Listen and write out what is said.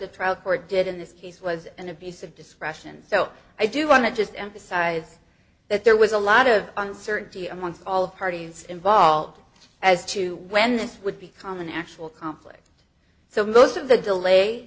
court did in this case was an abuse of discretion so i do want to just emphasize that there was a lot of uncertainty amongst all parties involved as to when this would become an actual conflict so most of the delay